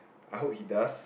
I hope he does